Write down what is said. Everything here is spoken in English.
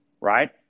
right